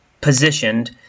positioned